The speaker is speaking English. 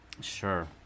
Sure